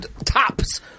Tops